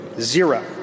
Zero